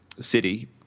city